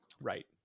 Right